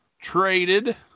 traded